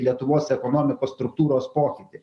lietuvos ekonomikos struktūros pokytį